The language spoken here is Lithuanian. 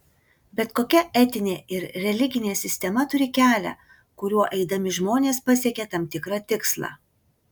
bet kokia etinė ir religinė sistema turi kelią kuriuo eidami žmonės pasiekia tam tikrą tikslą